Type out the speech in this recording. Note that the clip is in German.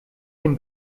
den